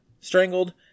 strangled